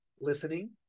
listening